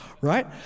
Right